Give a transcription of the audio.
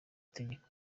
tegeko